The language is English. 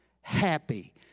happy